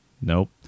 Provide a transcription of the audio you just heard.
Nope